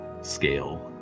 scale